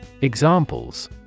Examples